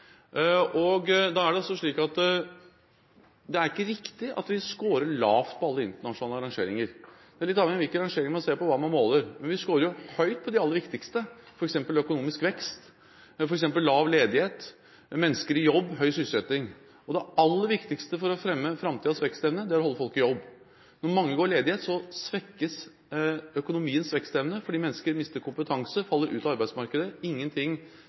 Det er ikke riktig at vi scorer lavt på alle internasjonale rangeringer. Det er litt avhengig av hvilke rangeringer man ser på, og hva man måler, men vi scorer høyt på de aller viktigste, f.eks. økonomisk vekst, med lav ledighet, mennesker i jobb, høy sysselsetting. Det aller viktigste for å fremme framtidens vekstevne er å holde folk i jobb. Når mange går ledig, svekkes økonomiens vekstevne, fordi mennesker mister kompetanse, faller ut av arbeidsmarkedet. Ingenting